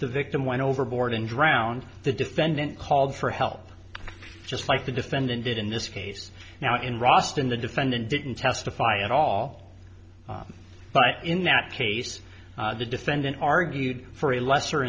the victim went overboard and drowned the defendant called for help just like the defendant did in this case now in rajasthan the defendant didn't testify at all but in that case the defendant argued for a lesser